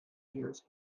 years